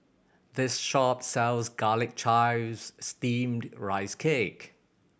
this shop sells Garlic Chives Steamed Rice Cake